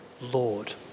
Lord